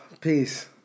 peace